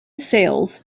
sales